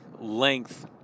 length